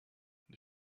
they